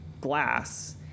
glass